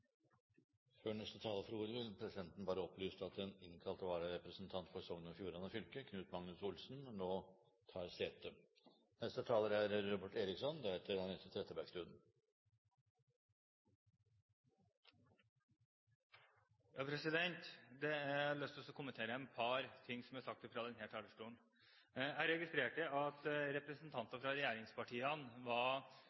Før neste taler får ordet, vil presidenten bare opplyse om at den innkalte vararepresentanten for Sogn og Fjordane fylke, Knut Magnus Olsen, nå tar sete. Jeg har lyst til å kommentere et par ting som er sagt fra denne talerstolen. Jeg registrerte at representanter